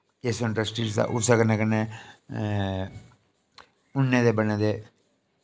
इस इंडस्ट्री दा उसदे कन्नै कन्नै उन्ने दे बने दे